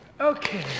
Okay